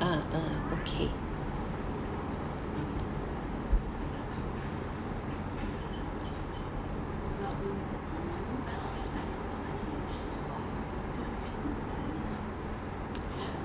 uh uh okay